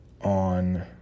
on